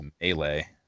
melee